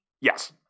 Yes